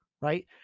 right